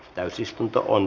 täysistuntoon